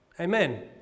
amen